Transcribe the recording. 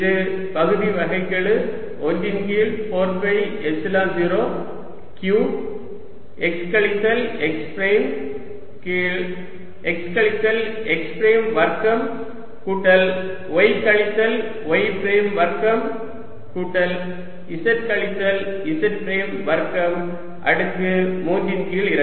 இது பகுதி வகைக்கெழு 1 ன் கீழ் 4 பை எப்சிலான் 0 q x கழித்தல் x பிரைம் கீழ் x கழித்தல் x பிரைம் வர்க்கம் கூட்டல் y கழித்தல் y பிரைம் வர்க்கம் கூட்டல் z கழித்தல் z பிரைம் வர்க்கம் அடுக்கு 3 ன் கீழ் 2